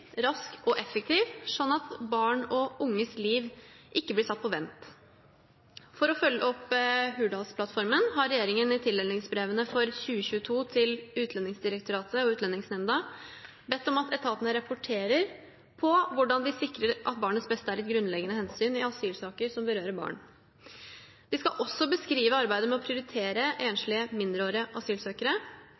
rask og effektiv, slik at barns og unges liv ikke blir satt på vent. For å følge opp Hurdalsplattformen har regjeringen i tildelingsbrevene for 2022 til Utlendingsdirektoratet og Utlendingsnemnda bedt om at etatene rapporterer på hvordan de sikrer at barnets beste er et grunnleggende hensyn i asylsaker som berører barn. De skal også beskrive arbeidet med å prioritere enslige mindreårige asylsøkere.